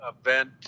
event